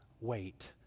wait